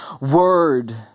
word